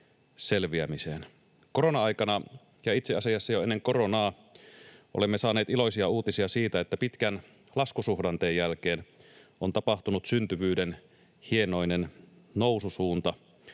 selviämiseen. Korona-aikana ja itse asiassa jo ennen koronaa olemme saaneet iloisia uutisia siitä, että pitkän laskusuhdanteen jälkeen on tapahtunut syntyvyyden hienoinen noususuunta